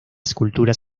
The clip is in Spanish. escultura